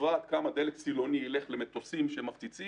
וקובעת כמה דלק סילוני ילך למטוסים שמפציצים,